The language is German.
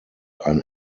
ein